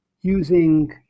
using